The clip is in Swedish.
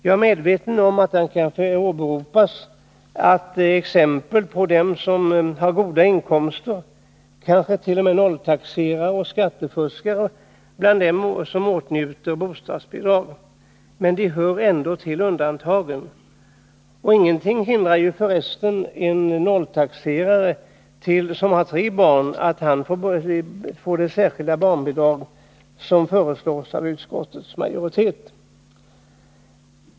Jag är medveten om att det kan åberopas exempel på människor med goda inkomster — kanske t.o.m. nolltaxerare och skattefuskare — bland dem som åtnjuter bostadsbidrag. Men de hör ändå till undantagen. Och ingenting hindrar förresten en nolltaxerare som har tre barn från att få det särskilda barnbidrag som föreslås av utskottets majoritet.